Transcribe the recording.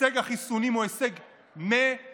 הישג החיסונים הוא הישג מטורף.